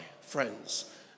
friends